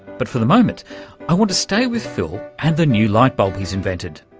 but for the moment i want to stay with phil and the new lightbulb he's invented.